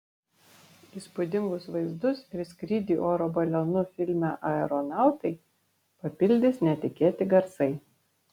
įspūdingus vaizdus ir skrydį oro balionu filme aeronautai papildys netikėti garsai